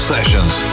Sessions